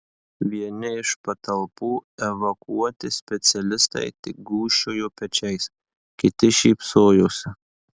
vieni iš patalpų evakuoti specialistai tik gūžčiojo pečiais kiti šypsojosi